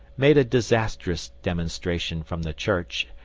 made a disastrous demonstration from the church,